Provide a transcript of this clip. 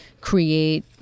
create